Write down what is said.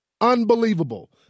unbelievable